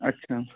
अच्छा